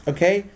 Okay